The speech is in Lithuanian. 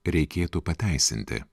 reikėtų pateisinti